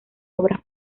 obras